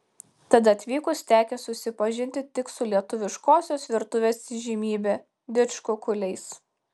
tad atvykus tekę susipažinti tik su lietuviškosios virtuvės įžymybe didžkukuliais